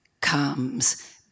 comes